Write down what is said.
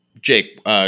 Jake